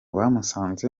bamusanze